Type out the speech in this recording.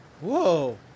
Whoa